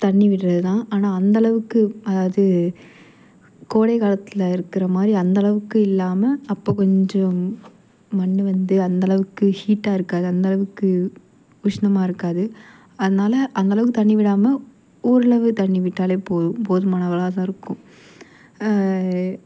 தண்ணி விடுறது தான் ஆனால் அந்தளவுக்கு அதாவது கோடைகாலத்தில் இருக்கிற மாதிரி அந்தளவுக்கு இல்லாமல் அப்போ கொஞ்சம் மண் வந்து அந்தளவுக்கு ஹீட்டாக இருக்காது அந்தளவுக்கு உஷ்ணமாக இருக்காது அதனால அந்தளவுக்கு தண்ணி விடாமல் ஓரளவு தண்ணி விட்டாலே போ போதுமானது தான் இருக்கும்